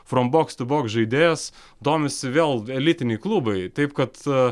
from boks tiu boks žaidėjas domisi vėl elitiniai klubai taip kad